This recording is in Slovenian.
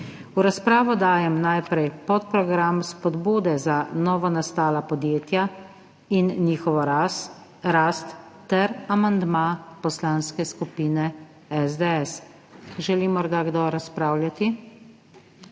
V razpravo dajem najprej podprogram Spodbude za novonastala podjetja in njihovo rast ter amandma Poslanske skupine SDS. Želi morda kdo razpravljati?